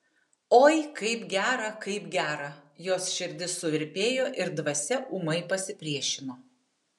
oi kaip gera kaip gera jos širdis suvirpėjo ir dvasia ūmai pasipriešino